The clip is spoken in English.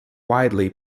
widely